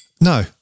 no